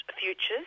Futures